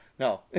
No